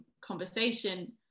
conversation